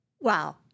Wow